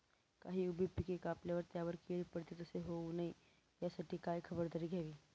काही उभी पिके कापल्यावर त्यावर कीड पडते, तसे होऊ नये यासाठी काय खबरदारी घ्यावी?